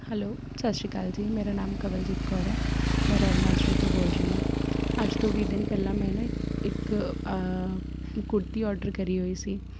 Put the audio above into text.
hello Sat Sri Akal ji ਮੇਰਾ ਨਾਮ ਕਵਲਜੀਤ ਕੌਰ ਹੈ ਮੈਂ ਰੈਲ ਮਾਜਰੇ ਤੋਂ ਬੋਲ ਰਹੀ ਹਾਂ ਅੱਜ ਤੋਂ ਵੀਹ ਦਿਨ ਪਹਿਲਾਂ ਮੈਂ ਨਾ ਇੱਕ ਕੁੜਤੀ ਔਡਰ ਕਰੀ ਹੋਈ ਸੀ